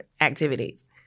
activities